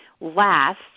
last